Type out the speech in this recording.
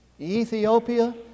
Ethiopia